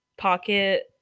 Pocket